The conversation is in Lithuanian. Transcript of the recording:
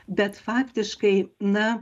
bet faktiškai na